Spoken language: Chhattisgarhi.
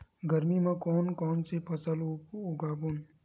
गरमी मा कोन कौन से फसल उगाबोन?